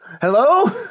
Hello